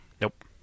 Nope